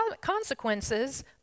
consequences